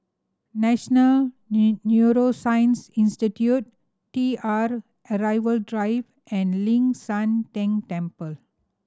National New Neuroscience Institute T R Arrival Drive and Ling San Teng Temple